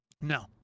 No